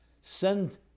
send